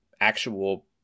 actual